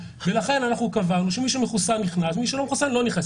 ולכן קבענו שמי שמחוסן נכנס ומי שלא מחוסן לא נכנס.